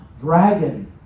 Dragon